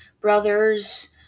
brothers